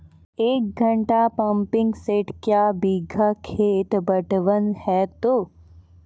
एक घंटा pumping set क्या बीघा खेत पटवन है तो?